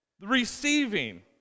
receiving